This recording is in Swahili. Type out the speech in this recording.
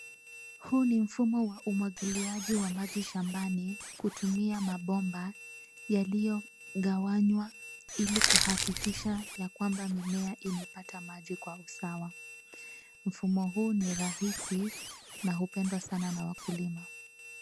Huu ni mfumo wa umwagiliaji wa maji shambani kutumia mabomba yaliyogawangwa ili kuhakikishaya kwamba mimea imepata maji kwa usawa. Mfumo huu ni rahisi na hupendwa sana na wakulima.